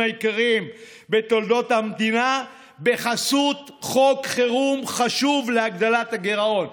היקרים בתולדות המדינה בחסות חוק חירום חשוב להגדלת הגירעון,